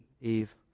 Eve